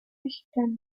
mexicana